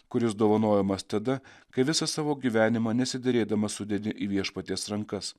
kuris dovanojamas tada kai visą savo gyvenimą nesiderėdamas sudėti į viešpaties rankas